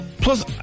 Plus